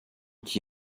qui